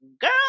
girl